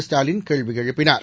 Stalin கேள்விஎழுப்பினார்